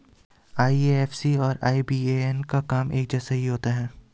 IFSC और IBAN का काम एक जैसा ही होता है